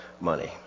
money